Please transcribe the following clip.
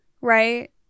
right